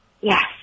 Yes